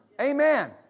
Amen